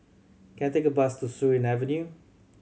can I take a bus to Surin Avenue